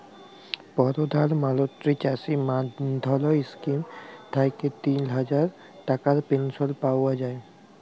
পরধাল মলত্রি চাষী মাল্ধাল ইস্কিম থ্যাইকে তিল হাজার টাকার পেলশল পাউয়া যায়